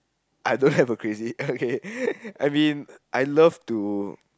I don't have a crazy I mean I love to